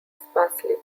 sparsely